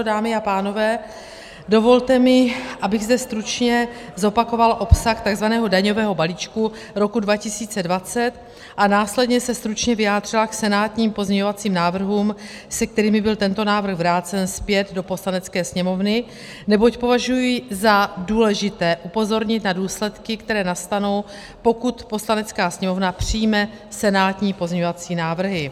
Dámy a pánové, dovolte mi, abych zde stručně zopakovala obsah takzvaného daňového balíčku roku 2020 a následně se stručně vyjádřila k senátním pozměňovacím návrhům, se kterými byl tento návrh vrácen zpět do Poslanecké sněmovny, neboť považuji za důležité upozornit na důsledky, které nastanou, pokud Poslanecká sněmovna přijme senátní pozměňovací návrhy.